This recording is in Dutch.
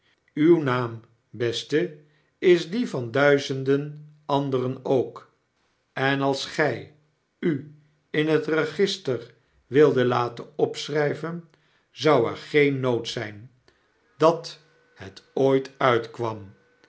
uw naam beste is die vanduizenden anderen ook en als gy u in het register wildet laten opschryven zou er geen nood zijn dat het ooit uitkwam